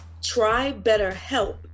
trybetterhelp